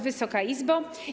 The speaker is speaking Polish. Wysoka Izbo!